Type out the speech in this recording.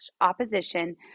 opposition